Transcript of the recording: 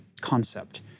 concept